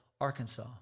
Arkansas